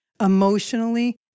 emotionally